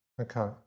Okay